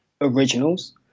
originals